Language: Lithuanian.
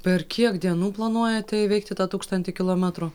per kiek dienų planuojate įveikti tą tūkstantį kilometrų